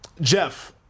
Jeff